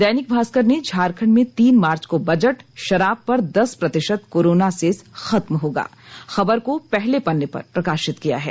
दैनिक भास्कर ने झारखंड में तीन मार्च को बजट शराब पर दस प्रतिशत कोरोना सेस खत्म होगा खबर को पहले पन्ने पर प्रकाशित किया है